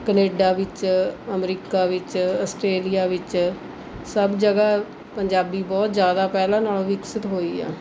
Canada ਵਿੱਚ America ਵਿੱਚ Australia ਵਿੱਚ ਸਭ ਜਗ੍ਹਾ ਪੰਜਾਬੀ ਬਹੁਤ ਜ਼ਿਆਦਾ ਪਹਿਲਾਂ ਨਾਲ਼ੋਂ ਵਿਕਸਿਤ ਹੋਈ ਆ